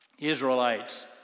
Israelites